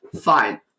Fine